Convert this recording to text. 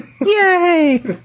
Yay